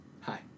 Hi